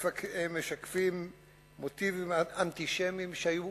משקפים מוטיבים אנטישמיים שהיו